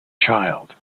child